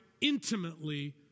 intimately